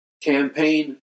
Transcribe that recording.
campaign